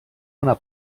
una